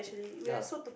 ya